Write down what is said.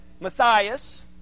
Matthias